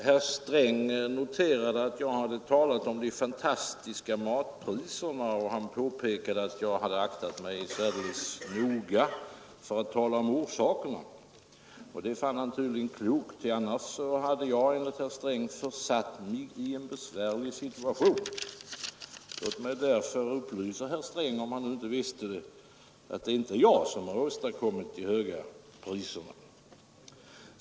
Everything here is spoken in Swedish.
Herr talman! Herr Sträng noterade att jag hade talat om de fantastiska matpriserna, och han påpekade att jag hade aktat mig särdeles noga för att tala om orsakerna. Och det fann han tydligen klokt, ty annars hade jag enligt herr Sträng försatt mig i en besvärlig situation. Låt mig därför upplysa herr Sträng — ifall han nu inte visste det — om att det är inte jag som har åstadkommit de höga priserna.